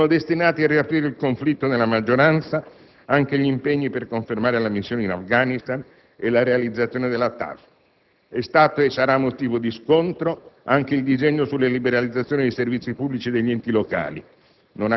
Sono destinati a riaprire il conflitto nella maggioranza anche gli impegni per confermare la missione in Afghanistan e la realizzazione della TAV. È stato e sarà motivo di scontro anche il disegno di legge sulla liberalizzazione dei servizi pubblici degli enti locali.